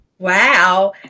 Wow